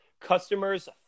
customers